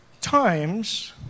times